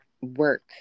work